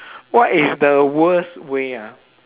what is the worst way ah